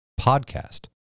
podcast